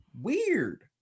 Weird